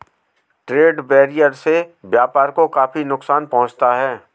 trade barrier से व्यापार को काफी नुकसान पहुंचता है